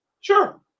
sure